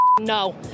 no